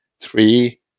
three